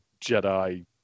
Jedi